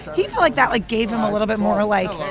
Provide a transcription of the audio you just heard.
he felt like that, like, gave him a little bit more, ah like,